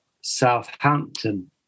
Southampton